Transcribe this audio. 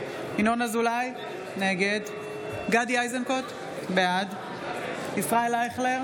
אני קובע שההצעה להביע אי-אמון בממשלה של סיעות ישראל ביתנו והעבודה,